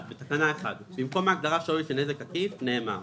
בתקנה 1 במקום ההגדרה "שווי של נזק עקיף" נאמר: